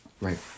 right